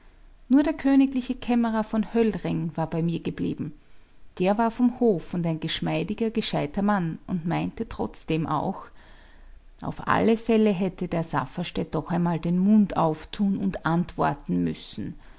nur der königliche kämmerer von höllring war bei mir geblieben der war vom hof und ein geschmeidiger gescheiter mann und meinte trotzdem auch auf alle fälle hätte der safferstätt doch einmal den mund auftun und antworten müssen